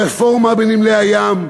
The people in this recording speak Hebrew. הרפורמה בנמלי הים,